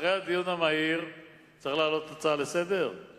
אחרי הדיון המהיר צריך להעלות הצעה לסדר-היום?